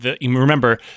remember